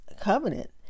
covenant